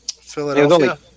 Philadelphia